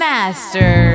Master